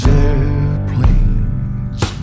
airplanes